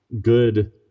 Good